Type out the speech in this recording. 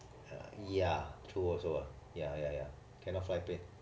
ya true also ya ya ya cannot fly plane